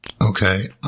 Okay